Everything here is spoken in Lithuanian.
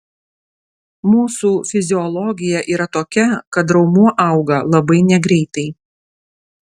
mūsų fiziologija yra tokia kad raumuo auga labai negreitai